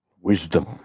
Wisdom